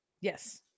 Yes